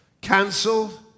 Cancelled